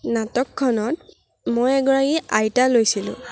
নাটকখনত মই এগৰাকী আইতা লৈছিলোঁ